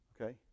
Okay